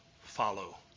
follow